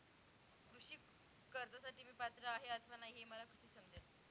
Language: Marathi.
कृषी कर्जासाठी मी पात्र आहे अथवा नाही, हे मला कसे समजेल?